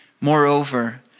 Moreover